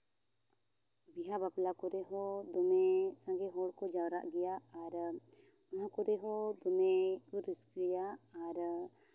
ᱵᱤᱦᱟᱹ ᱵᱟᱯᱟᱞ ᱠᱚ ᱨᱮ ᱦᱚᱸ ᱫᱚᱢᱮ ᱥᱟᱸᱜᱮ ᱦᱚᱲ ᱠᱚ ᱡᱟᱨᱣᱟᱜ ᱜᱮᱭᱟ ᱟᱨ ᱚᱱᱟ ᱠᱚᱨᱮ ᱦᱚᱸ ᱫᱚᱢᱮ ᱠᱚ ᱨᱟᱹᱥᱠᱟᱹᱭᱟ ᱟᱨ